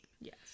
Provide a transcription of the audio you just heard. Yes